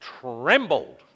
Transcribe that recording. trembled